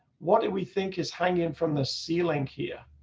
what do we think is hanging from the ceiling here.